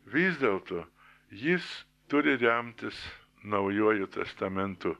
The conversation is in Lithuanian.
vis dėlto jis turi remtis naujuoju testamentu